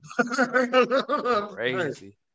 Crazy